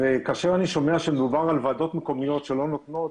כאשר אני שומע שמדובר על ועדות מקומיות שלא נותנות,